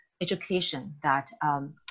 education—that